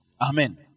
Amen